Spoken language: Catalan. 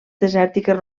desèrtiques